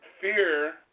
fear